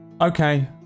Okay